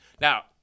Now